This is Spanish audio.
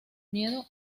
miedo